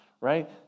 right